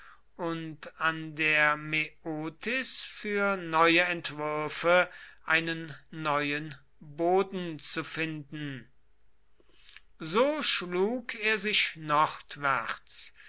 und an der mäotis für neue entwürfe einen neuen boden zu finden so schlug er sich nordwärts